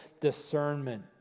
discernment